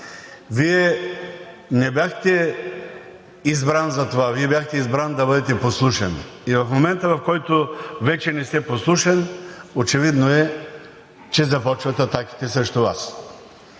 Вие не бяхте избран за това, Вие бяхте избран, за да бъдете послушен и в момента, в който вече не сте послушен, очевидно е, че започват атаките срещу Вас.